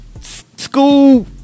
school